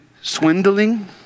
swindling